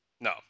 No